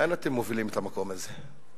לאן אתם מובילים את המקום הזה?